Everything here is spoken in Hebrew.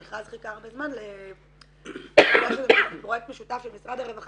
המכרז חיכה הרבה זמן --- פרויקט משותף של משרד הרווחה